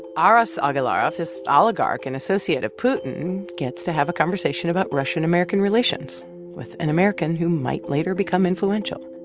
aras agalarov, this ah oligarch, an and associate of putin, gets to have a conversation about russian-american relations with an american who might later become influential.